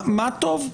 מה טוב.